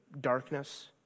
darkness